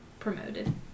Promoted